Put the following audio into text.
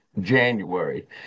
January